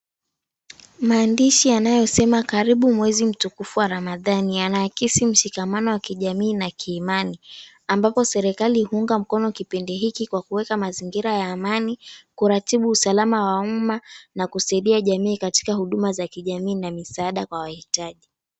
Maandishi yanayosema, "Karibu Mwezi Mtukufu Wa Ramadhani", yanaakisi mshikamano wa kijamii na kiimani. Ambapo serikali hunga mkono kipindi hiki kwa kuweka mazingira ya amani, kuratibu usalama wa umma, na kusaidia jamii katika huduma za kijamii na misaada kwa wahitaji.